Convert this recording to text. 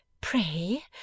pray